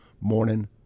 morning